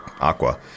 aqua